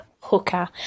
hooker